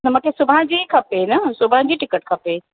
न मूंखे सुभाणे जी ई खपे न सुभाणे जी ई टिकट खपे